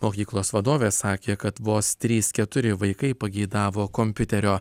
mokyklos vadovė sakė kad vos trys keturi vaikai pageidavo kompiuterio